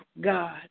God